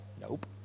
Nope